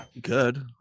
Good